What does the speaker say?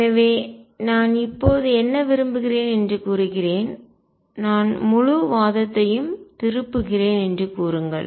எனவே நான் இப்போது என்ன விரும்புகிறேன் என்று கூறுகிறேன் நான் முழு வாதத்தையும் திருப்புகிறேன் என்று கூறுங்கள்